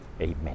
Amen